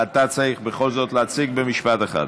אתה צריך בכל זאת להציג במשפט אחד.